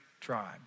tribe